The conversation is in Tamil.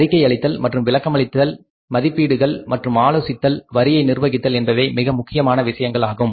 அறிக்கை அளித்தல் மற்றும் விளக்கமளித்தல் மதிப்பீடுகள் மற்றும் ஆலோசித்தல் வரியை நிர்வகித்தல் என்பவை மிக முக்கியமான விஷயங்கள் ஆகும்